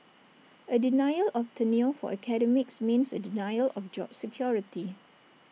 A denial of tenure for academics means A denial of job security